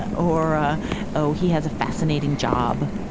ah or or oh, he has a fascinating job.